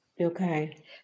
Okay